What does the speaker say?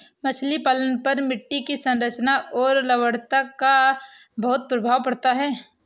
मछली पालन पर मिट्टी की संरचना और लवणता का बहुत प्रभाव पड़ता है